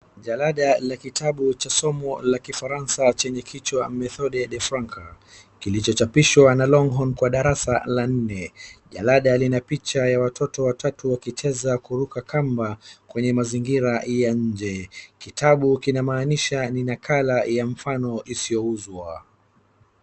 Jarada la kitabu cha somo la kifaransa chenye kichwa methode de francais kilichochapishwa na longhorn kwa darasa la nne. Jalada lina picha ya watoto watatu wakicheza kuruka kamba kwenye mazingira ya nje. Kitabu kinamaanisha ni nakala ya mfano isiyouzwa.